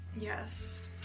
Yes